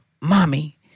mommy